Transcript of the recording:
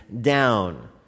down